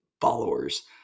followers